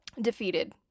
defeated